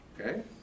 Okay